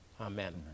amen